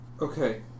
Okay